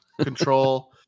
control